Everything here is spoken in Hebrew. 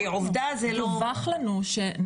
כי עובדה שזה לא דווח לנו שנערך